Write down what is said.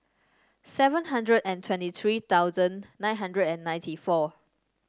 seven hundred and twenty three thousand nine hundred and ninety four